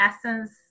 essence